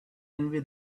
envy